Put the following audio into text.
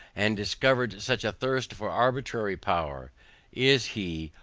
and discovered such a thirst for arbitrary power is he,